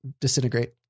disintegrate